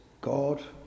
God